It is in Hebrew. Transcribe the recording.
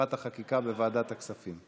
לקראת החקיקה בוועדת הכספים.